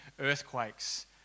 earthquakes